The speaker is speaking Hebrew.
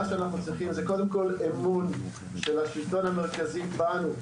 מה שאנחנו צריכים זה קודם כל אמון של השלטון המרכזי בנו,